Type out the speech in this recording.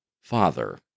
father